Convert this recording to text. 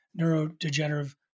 neurodegenerative